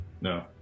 No